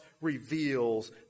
reveals